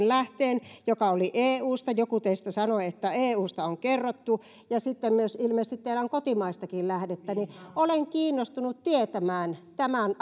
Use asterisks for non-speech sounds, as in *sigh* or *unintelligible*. *unintelligible* lähteen joka oli eusta joku teistä sanoi että eusta on kerrottu ja sitten kun teillä on ilmeisesti kotimaistakin lähdettä niin olen kiinnostunut tietämään tämän *unintelligible*